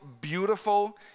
beautiful